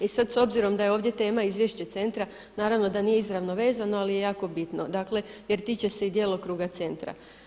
I sad s obzirom da je ovdje tema izvješće centra naravno da nije izravno vezano ali je jako bitno jer tiče se i djelokruga centra.